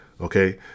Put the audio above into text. Okay